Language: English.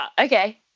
okay